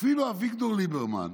אפילו אביגדור ליברמן,